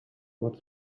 мод